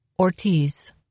Ortiz